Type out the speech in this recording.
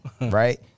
right